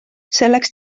selleks